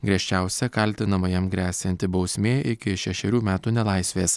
griežčiausia kaltinamajam gresianti bausmė iki šešerių metų nelaisvės